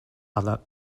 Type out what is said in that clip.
other